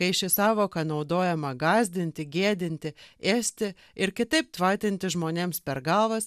kai ši sąvoka naudojama gąsdinti gėdinti ėsti ir kitaip tvatinti žmonėms per galvas